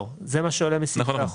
לא, זה מה שעולה מספרי החוק?